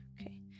Okay